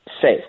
safe